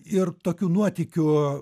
ir tokių nuotykių